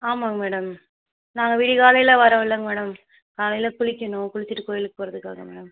ஆமாங்க மேடம் நாங்கள் விடிகாலையில் வரோம் இல்லங்க மேடம் காலையில் குளிக்கணும் குளிச்சிவிட்டு கோயிலுக்கு போறதுக்காக மேடம்